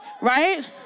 Right